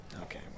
Okay